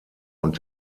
und